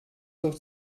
doch